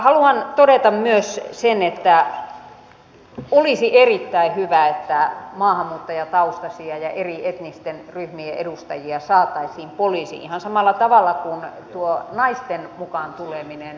haluan todeta myös sen että olisi erittäin hyvä että maahanmuuttajataustaisia ja eri etnisten ryhmien edustajia saataisiin poliisiin ihan samalla tavalla kuin tuo naisten mukaan tuleminen